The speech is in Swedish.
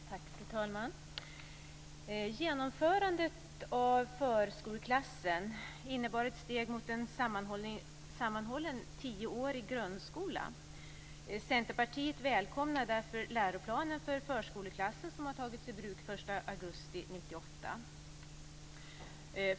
Fru talman! Genomförandet av förskoleklassen innebar ett steg mot en sammanhållen tioårig grundskola. Centerpartiet välkomnade därför läroplanen för förskoleklasser som togs i bruk den 1 augusti 1998.